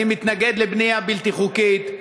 אני מתנגד לבנייה בלתי חוקית,